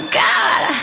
god